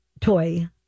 toy